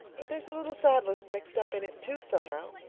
but there's a little sadness mixed up in it too, somehow.